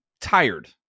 tired